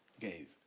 Guys